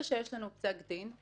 ברגע שיש לנו פסק דין,